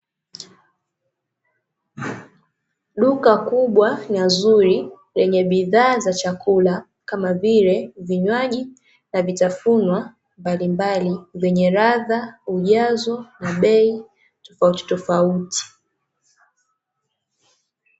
Duka kubwa na zuri lenye bidhaa za chakula kama vile: vinywaji na vitafunwa mbalimbali, vyenye ladha, ujazo na bei tofautitofauti.